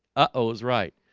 uh-oh is right.